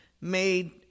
made